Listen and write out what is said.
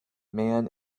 man